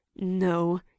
no